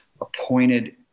appointed